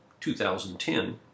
2010